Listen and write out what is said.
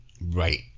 Right